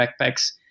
backpacks